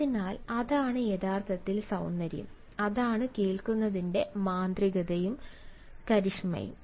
അതിനാൽ അതാണ് യഥാർത്ഥത്തിൽ സൌന്ദര്യം അതാണ് കേൾക്കുന്നതിന്റെ മാന്ത്രികതയും കരിഷ്മയും